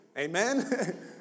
Amen